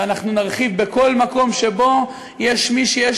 ואנחנו נרחיב בכל מקום שבו יש מי שיש